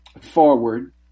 forward